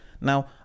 Now